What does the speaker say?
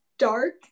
dark